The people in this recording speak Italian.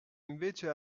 invece